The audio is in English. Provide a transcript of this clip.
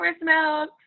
smells